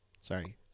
Sorry